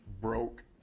broke